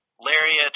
lariat